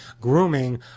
grooming